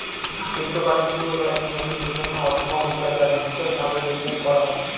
cryptocurrency হল একটি নতুন প্রজন্মের অর্থ বা মুদ্রা যা ডিজিটালভাবে লেনদেন করা হয়